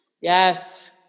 Yes